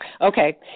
Okay